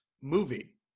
movie